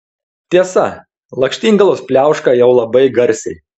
tiesa lakštingalos pliauška jau labai garsiai